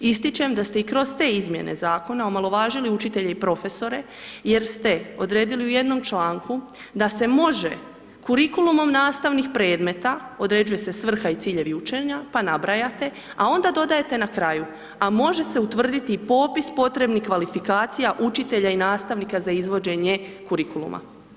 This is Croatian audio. Ističem da ste i kroz te izmjene Zakona omalovažili učitelje i profesore jer ste odredili u jednom članku da se može kurikulumom nastavnih predmeta, određuje se svrha i ciljevi učenja, pa nabrajate, a onda dodajete na kraju, a može se utvrditi popis potrebnih kvalifikacija učitelja i nastavnika za izvođenje kurikuluma.